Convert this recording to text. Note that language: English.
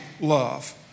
love